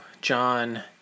John